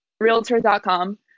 realtor.com